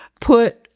put